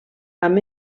amb